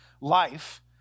life